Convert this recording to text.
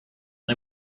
and